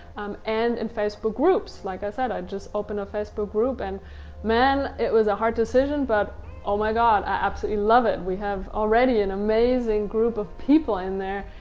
um and in facebook groups. like i said, i just opened a facebook group and man, it was a hard decision, but oh my god, i absolutely love it. we have, already an amazing group of people in there.